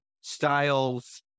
styles